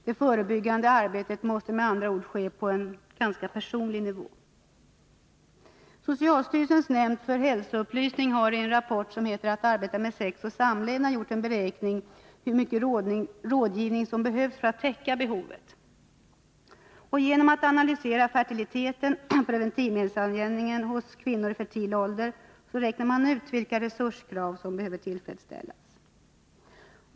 Det förebyggande arbetet måste med andra ord ske på en ganska personlig nivå. Socialstyrelsens nämnd för hälsoupplysning har i en rapport, som heter Att arbeta med sex och samlevnad, gjort en beräkning av hur mycket rådgivning som behövs för att täcka behovet. Genom att analysera fertiliteten och preventivmedelsanvändningen hos kvinnor i fertil ålder räknar man ut vilka resurskrav som behöver tillfredsställas.